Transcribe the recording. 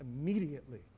immediately